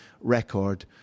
record